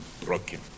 broken